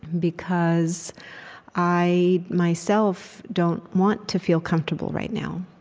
because i, myself, don't want to feel comfortable right now.